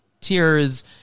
tears